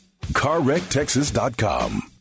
CarWreckTexas.com